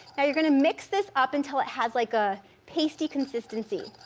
you're gonna mix this up until it has like a pasty consistency.